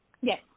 Yes